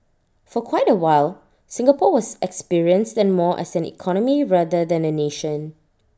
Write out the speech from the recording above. for quite A while Singapore was experienced and more as an economy rather than A nation